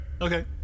Okay